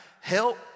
help